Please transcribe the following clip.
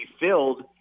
filled